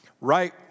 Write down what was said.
right